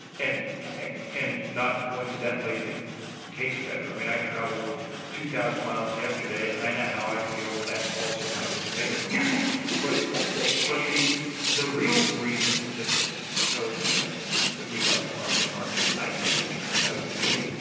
and and not coincidentally, it tastes better. i mean, i traveled two thousand miles yesterday. i know how i feel. that's also how the tomato feels right. but exactly but the real reason that's so interesting that we like farmers' markets, i think, turns out to be